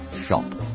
shop